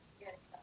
Yes